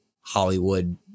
Hollywood